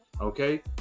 Okay